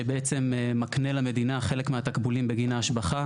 שבעצם מקנה למדינה חלק מהתקבולים בגין ההשבחה